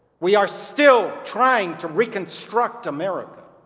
we are still trying to reconstruct america.